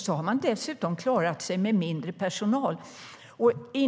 De har dessutom klarat sig med mindre personal.